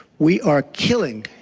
we are killing,